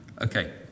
Okay